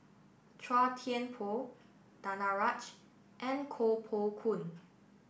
Chua Thian Poh Danaraj and Koh Poh Koon